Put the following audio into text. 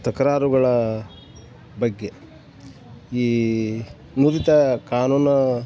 ತಕರಾರುಗಳ ಬಗ್ಗೆ ಈ ನುರಿತ ಕಾನೂನು